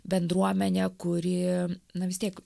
bendruomenė kuri na vis tiek